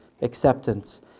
acceptance